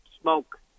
smoke